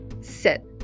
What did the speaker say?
sit